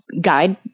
guide